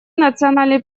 национальный